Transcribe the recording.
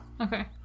Okay